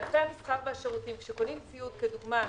בענפי המסחר והשירותים כשקונים ציוד כדוגמת